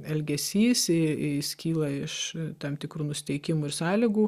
elgesys jis kyla iš tam tikrų nusiteikimų ir sąlygų